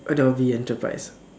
Adobe enterprise